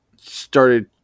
started